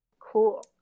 Cool